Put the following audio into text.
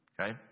Okay